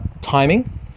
timing